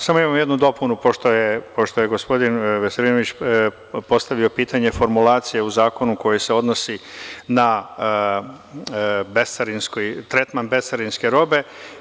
Samo imam jednu dopunu, pošto je gospodin Veselinović postavio pitanje formulacije u zakonu, koja se odnosi na tretman bescarinske robe.